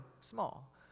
small